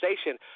station